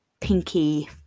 pinky